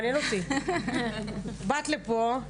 מעניין אותי מה יש לך לומר.